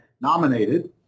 nominated